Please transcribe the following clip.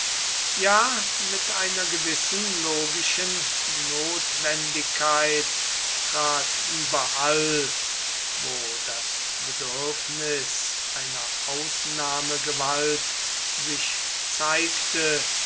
ja mit einer gewissen logischen notwendigkeit trat überall wo das bedürfnis einer ausnahmegewalt sich zeigte